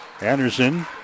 Anderson